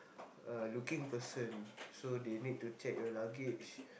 uh looking person so they need to check your luggage